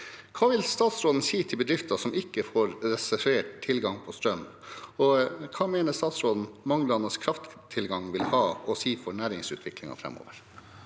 Hva vil statsråden si til bedrifter som ikke får reservert tilgang på strøm? Og hva mener statsråden manglende krafttilgang vil ha å si for næringsutviklingen framover?